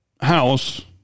house